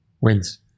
wins